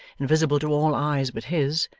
invisible to all eyes but his,